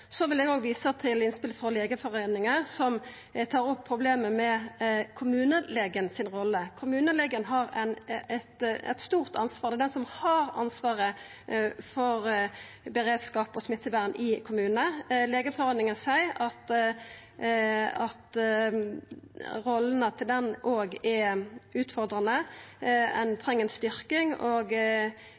Så vil eg òg visa til innspelet frå Legeforeningen, som tar opp problemet med rolla til kommunelegen. Kommunelegen har eit stort ansvar, det er han som har ansvaret for beredskap og smittevern i kommunen. Legeforeningen seier at rollene til kommunelegen er utfordrande, ein treng ei styrking, og